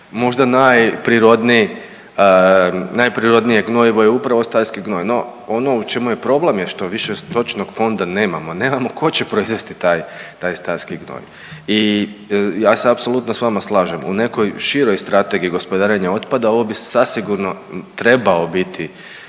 možda najprirodnije gnojivo je upravo stajski gnoj. No ono u čemu je problem što više stočnog fonda nemamo, nemamo tko će proizvesti taj stajski gnoj. I ja se apsolutno s vama slažem, u nekoj široj strategiji gospodarenja otpada ovo bi zasigurno trebao biti